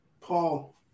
Paul